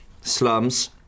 slums